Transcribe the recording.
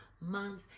Month